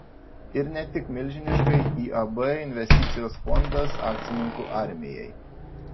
ir ne tik milžiniškai iab investicijos fondas akcininkų armijai